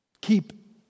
keep